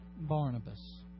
Barnabas